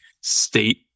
state